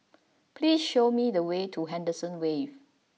please show me the way to Henderson Wave